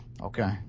Okay